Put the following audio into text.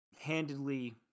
handedly